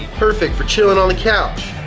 perfect for chilling on the couch